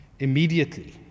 Immediately